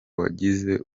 wagize